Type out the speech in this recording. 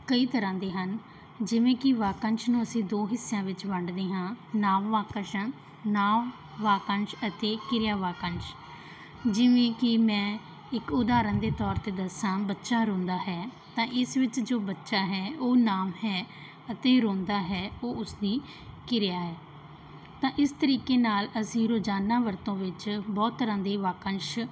ਕਈ ਤਰ੍ਹਾਂ ਦੇ ਹਨ ਜਿਵੇਂ ਕਿ ਵਾਕੰਸ਼ ਨੂੰ ਅਸੀਂ ਦੋ ਹਿੱਸਿਆਂ ਵਿੱਚ ਵੰਡਦੇ ਹਾਂ ਨਾਮ ਵਾਕੰਸ਼ਾਂ ਨਾਮ ਵਾਕੰਸ਼ ਅਤੇ ਕਿਰਿਆ ਵਾਕੰਸ਼ ਜਿਵੇਂ ਕਿ ਮੈਂ ਇੱਕ ਉਦਾਹਰਨ ਦੇ ਤੌਰ 'ਤੇ ਦੱਸਾਂ ਬੱਚਾ ਰੋਂਦਾ ਹੈ ਤਾਂ ਇਸ ਵਿੱਚ ਜੋ ਬੱਚਾ ਹੈ ਉਹ ਨਾਮ ਹੈ ਅਤੇ ਰੋਂਦਾ ਹੈ ਉਹ ਉਸਦੀ ਕਿਰਿਆ ਹੈ ਤਾਂ ਇਸ ਤਰੀਕੇ ਨਾਲ ਅਸੀਂ ਰੋਜ਼ਾਨਾ ਵਰਤੋਂ ਵਿੱਚ ਬਹੁਤ ਤਰ੍ਹਾਂ ਦੇ ਵਾਕੰਸ਼